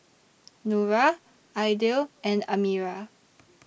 Nura Aidil and Amirah